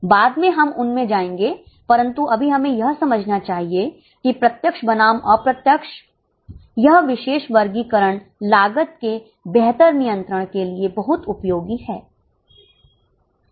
बाद में हम उनमें जाएंगे परंतु अभी हमें यह समझना चाहिए कि प्रत्यक्ष बनाम अप्रत्यक्ष यह विशेष वर्गीकरण लागत के बेहतर नियंत्रण के लिए बहुत उपयोगी है